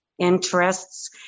interests